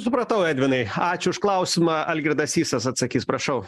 supratau edvinai ačiū už klausimą algirdas sysas atsakys prašau